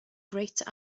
greater